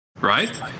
right